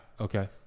Okay